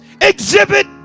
Exhibit